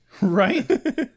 Right